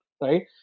right